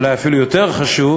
אולי אפילו יותר חשוב,